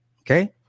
Okay